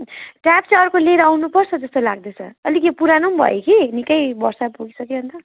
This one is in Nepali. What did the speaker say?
ट्याप चाहिँ अर्को लिएर आउनुपर्छ जस्तो लाग्दैछ अलिक यो पुरानो पनि भयो कि निक्कै वर्ष पुगिसक्यो अन्त